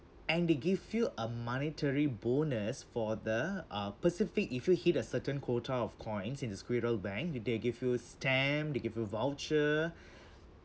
and they give you a monetary bonus for the uh pacific if you hit a certain quota of coins in the squirrel bank th~ they give you stamp they give you voucher